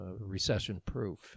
recession-proof